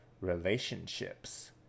relationships